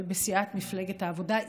אבל בסיעת מפלגת העבודה,